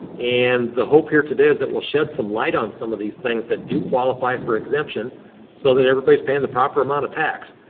and the hope here today is that we'll shed some light on some of these things that do qualify for exemption so that everybody's paying the proper amount of tax.